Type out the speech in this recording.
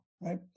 Right